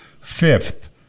fifth